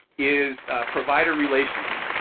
is provider relations.